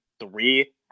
three